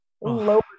lower